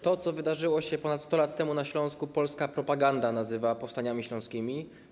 To, co wydarzyło się ponad 100 lat temu na Śląsku, polska propaganda nazywa powstaniami śląskimi.